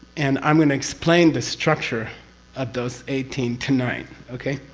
and i'm going to explain the structure of those eighteen tonight. okay?